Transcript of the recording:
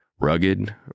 Rugged